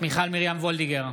מיכל מרים וולדיגר,